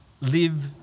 live